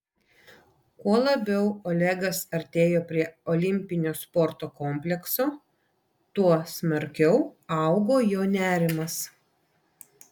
kuo labiau olegas artėjo prie olimpinio sporto komplekso tuo smarkiau augo jo nerimas